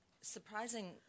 Surprising